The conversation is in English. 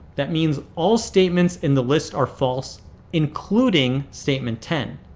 that means all statements in the list are false including statement ten.